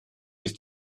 ist